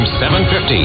750